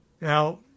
Now